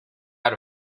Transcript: out